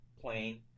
plane